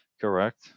correct